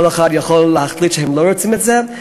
כל אחד יכול להחליט שהוא לא רוצה את זה,